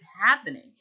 happening